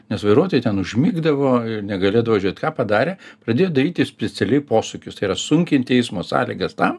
nes vairuotojai ten užmigdavo negalėdavo žiūrėt ką padarė pradėjo daryti specialiai posūkius tai yra sunkinti eismo sąlygas tam